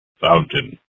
Fountain